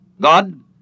God